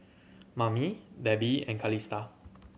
Mamie Debi and Calista